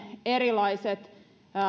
erilaiset